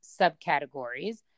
subcategories